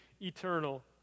eternal